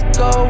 go